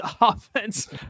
offense